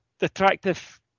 attractive